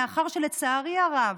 מאחר שלצערי הרב,